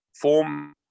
form